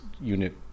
unit